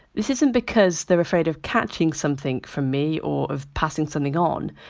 this isn't because they're afraid of catching something from me or of passing something on,